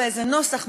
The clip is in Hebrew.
מאוד בעייתי,